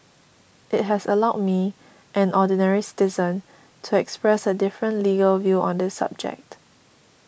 it has allowed me an ordinary citizen to express a different legal view on this subject